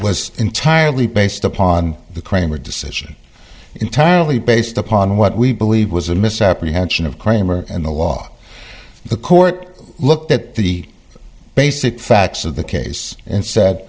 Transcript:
was entirely based upon the cramer decision entirely based upon what we believe was a misapprehension of cramer and the law the court looked at the basic facts of the case and said